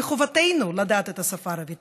מחובתנו לדעת את השפה הערבית.